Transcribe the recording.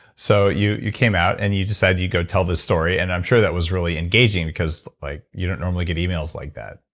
so you you came out and you decided you'd go tell this story and i'm sure that was really engaging because like you don't normally get emails like that.